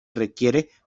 requiere